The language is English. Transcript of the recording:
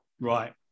Right